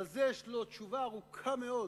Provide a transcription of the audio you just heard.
על זה יש לו תשובה ארוכה מאוד